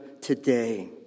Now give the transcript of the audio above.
today